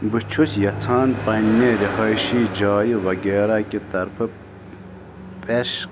بہٕ چھُس یژھان پننہِ رہٲیشی جایہِ وغیرہ کہِ طرفہٕ پیش